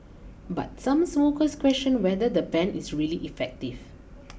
but some smokers question whether the ban is really effective